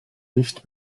nicht